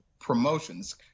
Promotions